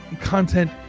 content